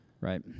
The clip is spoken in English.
Right